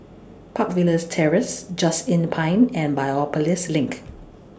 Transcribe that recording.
Park Villas Terrace Just Inn Pine and Biopolis LINK